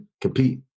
compete